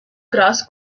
grass